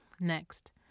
next